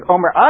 Omer